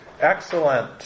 excellent